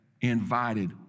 invited